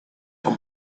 for